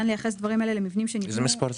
'אין לייחס דברים אלה למבנים שנבנו --- איזה מספר זה?